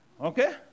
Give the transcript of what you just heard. Okay